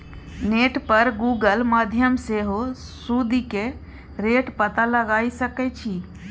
net पर Google माध्यमसँ सेहो सुदिक रेट पता लगाए सकै छी